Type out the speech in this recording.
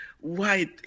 white